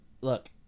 look